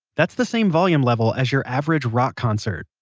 that's the same volume level as your average rock concert.